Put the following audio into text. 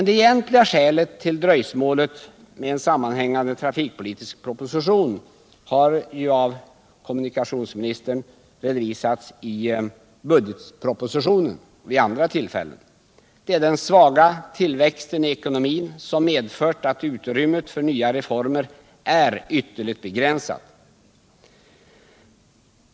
Det egentliga skälet till dröjsmålet med en samman hängande trafik politisk proposition har kommunikationsministern redovisat i budgetpropositionen: Den svaga tillväxten i ekonomin har medfört att utrymmet för nya reformer är ytterligt begränsat.